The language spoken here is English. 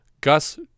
Gus